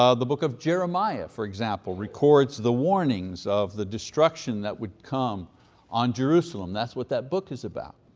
um the book of jeremiah, for example, records the warnings of the destruction that would come on jerusalem. that's what that book is about.